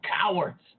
cowards